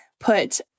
put